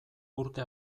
urte